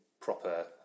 proper